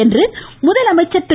என்று முதலமைச்சர் திரு